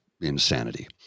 insanity